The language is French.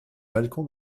balcon